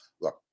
look